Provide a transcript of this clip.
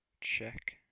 Check